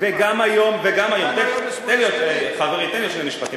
וגם היום, גם היום, תן לי, חברי, שני משפטים.